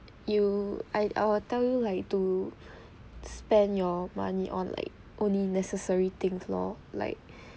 you I I will tell you like to spend your money on like only necessary things lor like